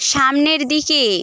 সামনের দিকে